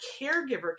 caregiver